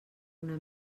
una